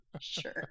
Sure